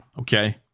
Okay